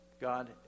God